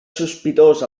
sospitós